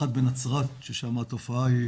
אחת בנצרת ששם התופעה היא